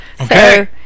Okay